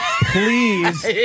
Please